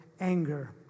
anger